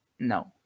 No